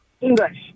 English